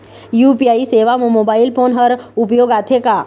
UPI सेवा म mobile phone हर उपयोग आथे का?